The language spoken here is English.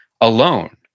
alone